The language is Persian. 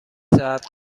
ساعت